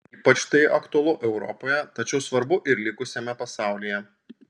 ypač tai aktualu europoje tačiau svarbu ir likusiame pasaulyje